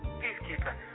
peacekeeper